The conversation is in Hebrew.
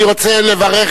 אני רוצה לברך,